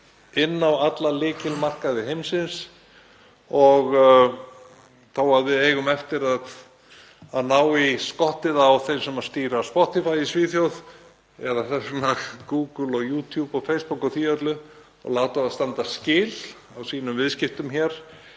inn á alla lykilmarkaði heimsins. Þó að við eigum eftir að ná í skottið á þeim sem stýra Spotify í Svíþjóð, eða þess vegna Google, YouTube, Facebook og því öllu, og láta þá standa skil á sínum viðskiptum hér